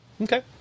Okay